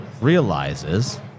realizes